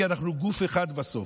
כי אנחנו גוף אחד בסוף.